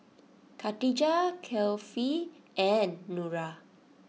Khatijah Kefli and Nura